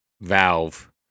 valve